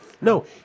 No